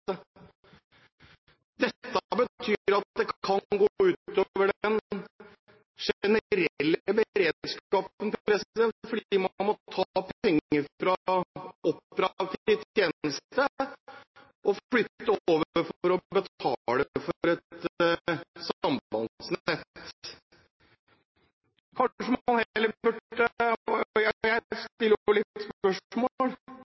Dette betyr at det kan gå ut over den generelle beredskapen, fordi man må ta penger fra operativ tjeneste og flytte over for å betale for et sambandsnett. Jeg stiller spørsmålet: Hvorfor skal man